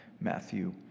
Matthew